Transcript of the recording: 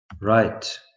Right